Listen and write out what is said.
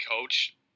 coach